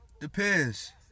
Depends